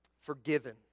forgiven